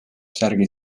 särgi